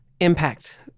Impact